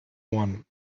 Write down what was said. one